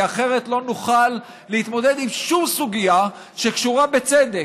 כי אחרת לא נוכל להתמודד עם שום סוגיה שקשורה בצדק.